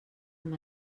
amb